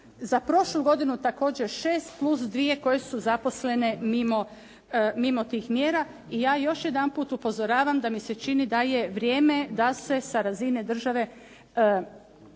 za prošlu godinu također 6 plus dvije koje su zaposlene mimo tih mjera. I ja još jedanput upozoravam da mi se čini da je vrijeme da se sa razine države